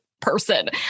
person